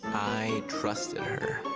i trusted her.